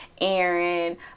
Aaron